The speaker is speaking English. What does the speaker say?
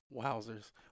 Wowzers